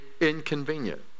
inconvenient